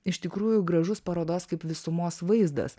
iš tikrųjų gražus parodos kaip visumos vaizdas